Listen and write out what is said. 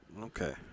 Okay